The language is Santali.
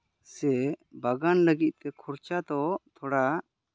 ᱥᱮ ᱵᱟᱜᱟᱱ ᱞᱟᱹᱜᱤᱫ ᱛᱮ ᱠᱷᱚᱨᱪᱟ ᱫᱚ ᱛᱷᱚᱲᱟ